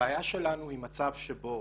הבעיה שלנו היא מצב שבו